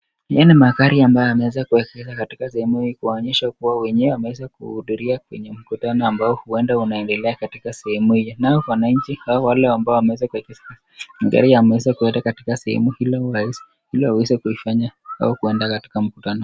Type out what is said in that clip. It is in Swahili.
Hii ni magari ambayo yameweza kuegeshwa katika sehemu hii; kuonyesha kuwa wenyewe wameweza kuhudhuria kwenye mkutano ambao huenda unaendelea katika sehemu hii. Nao wananchi wale ambao wameweza kuegesha magari wameza kuweka katika sehemu hii ili waweze kuifanya au kuenda katika mkutano.